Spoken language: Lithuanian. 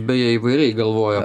beje įvairiai galvoja